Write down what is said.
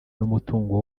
n’umutungo